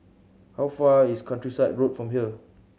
how far is Countryside Road from here